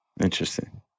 Interesting